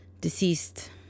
deceased